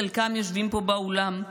חלקם יושבים פה באולם,